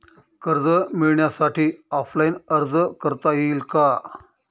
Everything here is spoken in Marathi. कर्ज मिळण्यासाठी ऑफलाईन अर्ज करता येईल का?